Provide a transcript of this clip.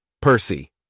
Percy